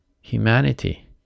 humanity